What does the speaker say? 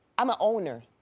i'm a owner.